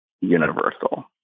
universal